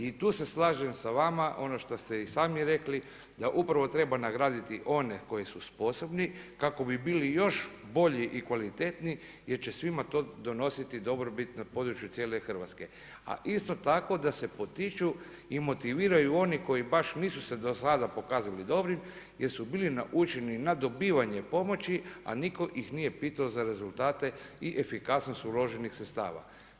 I tu se slažem sa vama ono što ste i sami rekli da upravo treba nagraditi one koji su sposobni kako bi bili još bolji i kvalitetniji jer će svima to donositi dobrobit na području cijele Hrvatske, a isto tako da se potiču i motiviraju oni koji baš nisu se do sada pokazali dobrim jer su bili naučeni na dobivanje pomoći, a niko ih nije pitao za rezultate i efikasnost uloženih sredstava.